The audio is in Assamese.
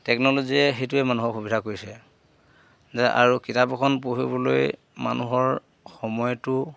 টেকন'লজিয়ে সেইটোৱে মানুহৰ সুবিধা কৰিছে যে আৰু কিতাপ এখন পঢ়িবলৈ মানুহৰ সময়টো